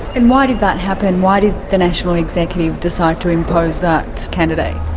and why did that happen? why did the national executive decide to impose that candidate?